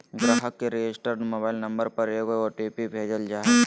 ग्राहक के registered mobile number पर एगो ओ.टी.पी भेजल जा हइ